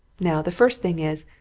now, the first thing is,